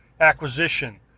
acquisition